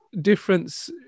difference